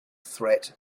threat